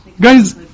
Guys